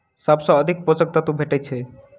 सबसँ अधिक पोसक तत्व भेटय छै?